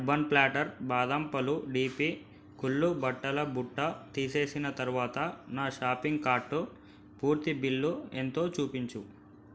urban platter బాదం పాలు డిపి కుళ్ళు బట్టల బుట్ట తీసేసిన తరువాత నా షాపింగ్ కార్టు పూర్తి బిల్లు ఎంతో చూపించు